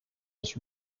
was